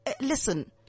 listen